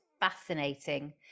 fascinating